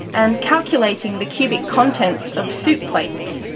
and calculating the cubic contents of soup plates,